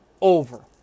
over